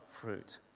fruit